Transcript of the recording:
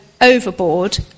overboard